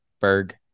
Berg